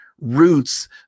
roots